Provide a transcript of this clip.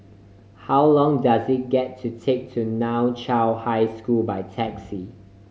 how long does it get to take to Nan Chiau High School by taxi